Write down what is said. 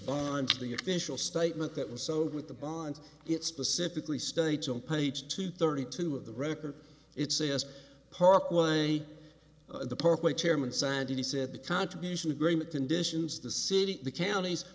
violently official statement that was so with the bonds it specifically states on page two thirty two of the record it says park was the parkway chairman signed it he said the contribution agreement conditions the city the counties